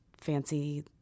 fancy